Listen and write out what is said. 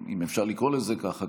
אם אפשר לקרוא לזה ככה,